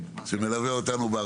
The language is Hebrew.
שמלווה אותנו,